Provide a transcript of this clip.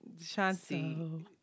Shanti